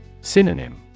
Synonym